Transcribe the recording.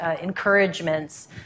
encouragements